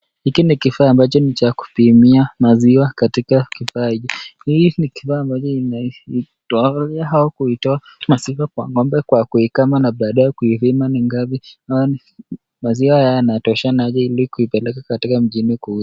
Hiki ni kifaa ambacho ni cha kupimia maziwa katika kifaa. Hii ni kifaa ambacho kuitoa maziwa kwa ng'ombe kwa kuikama na baadaye kuipima ni ngapi. Maziwa haya yanatoshana zaidi kuipeleka mjini kuiuza.